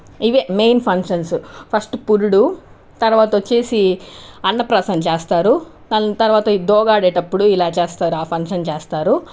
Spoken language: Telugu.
ఇవే మెయిన్ ఫంక్షన్స్ ఫస్ట్ పురుడు తర్వాత వచ్చేసి అన్నప్రాసన చేస్తారు తర్వాత ఈ దోగాడేటప్పుడు ఇలా చేస్తారు ఆ ఫంక్షన్ చేస్తారు